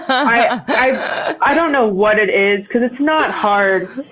i don't know what it is, because it's not hard,